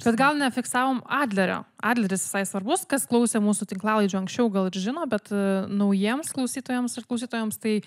bet gal nefiksavom adlerio adleris visai svarbus kas klausė mūsų tinklalaidžių anksčiau gal ir žino bet naujiems klausytojams ir klausytojoms tai